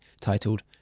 titled